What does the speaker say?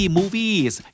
Movies